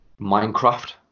Minecraft